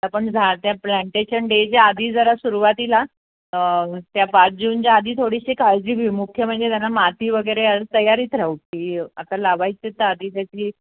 आपण झा त्या प्लांटेशन डेच्या आधी जरा सुरुवातीला त्या पाच जूनच्या आधी थोडीशी काळजी मी मुख्य म्हणजे त्यांना माती वगैरे असं तयारीत राहू की आता लावायचे तर आधी त्याची